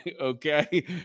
okay